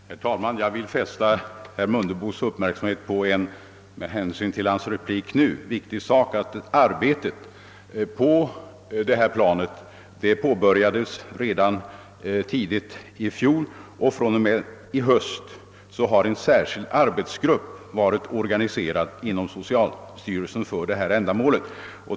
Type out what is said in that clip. Herr talman! Med anledning av herr Mundebos senaste inlägg vill jag erinra om en viktig sak. Arbetet på det aktuella planet påbörjades redan tidigt i fjol, och sedan i höstas har en särskild arbets grupp varit organiserad inom socialstyrelsen för ändamålet.